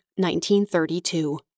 1932